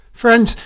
Friends